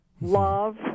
love